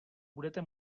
budete